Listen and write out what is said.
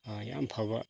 ꯌꯥꯝ ꯐꯕ